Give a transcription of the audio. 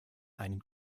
einen